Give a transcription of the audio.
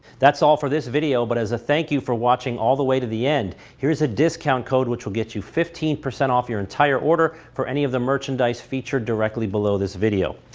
that's all for this video but as a thank you for watching all the way to the end, here's a discount code which will get you fifteen percent off your entire order for any of the merchandise featured directly below this video.